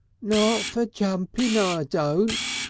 not for jumpin' ah i don't,